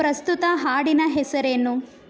ಪ್ರಸ್ತುತ ಹಾಡಿನ ಹೆಸರೇನು